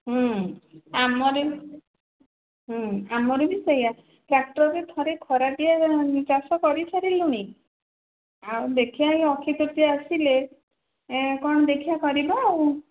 ଆମର ବି ଆମର ବି ସେଇଆ ଟ୍ରାକ୍ଟରରେ ଥରେ ଖରାଟିଆ ଚାଷ କରିସାରିଲୁଣି ଆଉ ଦେଖିବା ଏଇ ଅକ୍ଷୟ ତୃତୀୟା ଆସିଲେ କ'ଣ ଦେଖିବା କରିବା ଆଉ